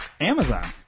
amazon